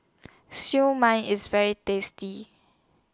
Siew Mai IS very tasty